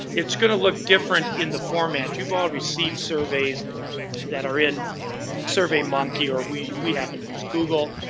it's gonna look different in the format. you've all received surveys that are in surveymonkey, or we we happen to use google.